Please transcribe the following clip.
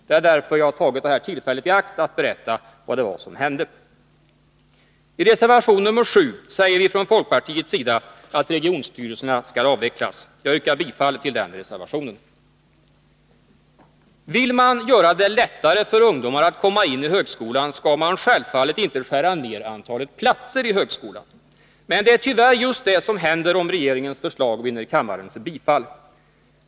Det är därför jag tagit det här tillfället i akt att berätta om vad som hände. I reservation 7 säger vi från folkpartiets sida att regionstyrelserna skall avvecklas. Jag yrkar bifall till denna reservation. Vill man göra det lättare för ungdomar att komma in i högskolan, skall man självfallet inte skära ner antalet platser. Men det är tyvärr just vad som händer, om regeringens förslag vinner kammarens bifall.